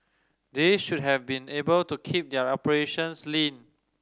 they should have been able to keep their operations lean